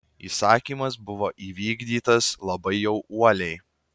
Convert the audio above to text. įsakymas buvo įvykdytas labai jau uoliai